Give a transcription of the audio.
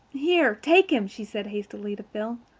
here, take him, she said hastily to phil.